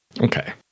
Okay